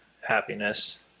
happiness